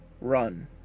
Run